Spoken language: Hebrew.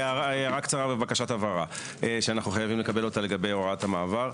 הערה קצרה ובקשת הבהרה שאנו חייבים לקבלה לגבי הוראת המעבר,